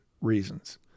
reasons